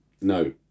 No